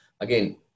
Again